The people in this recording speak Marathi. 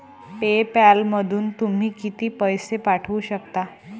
पे पॅलमधून तुम्ही किती पैसे पाठवू शकता?